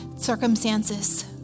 circumstances